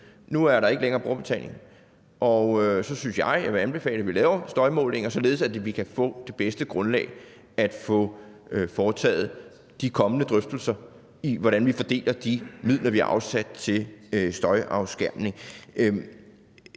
Nu er der ikke længere brugerbetaling, og så vil jeg anbefale, at vi laver støjmålinger, således at vi kan få det bedste grundlag for at få foretaget de kommende drøftelser om, hvordan vi fordeler de midler, vi har afsat til støjafskærmning.